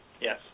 Yes